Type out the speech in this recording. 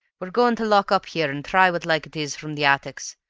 we're going to lock up here and try what like it is from the attics.